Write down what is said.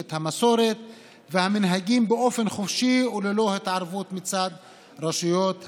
ואת המסורת והמנהגים "באופן חופשי וללא התערבות מצד רשויות המדינה".